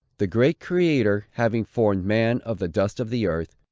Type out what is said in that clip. the great creator, having formed man of the dust of the earth,